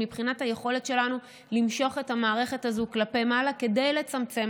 מבחינת היכולת שלנו למשוך את המערכת הזו כלפי מעלה כדי לצמצם